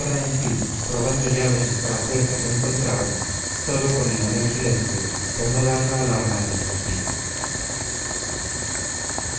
ora en fin probando llaves en cada puerta que encontraban todo con el mayor silencio por no dar la alarma en el castillo